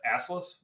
Assless